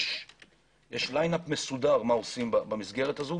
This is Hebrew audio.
יש ליין אפ מסודר, מה עושים במסגרת הזאת.